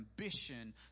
ambition